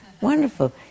wonderful